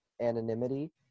anonymity